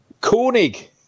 Koenig